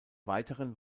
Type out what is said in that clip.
weiteren